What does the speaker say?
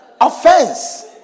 offense